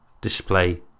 display